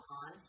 on